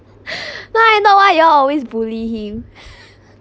know I know [one] you all always bully him